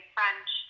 French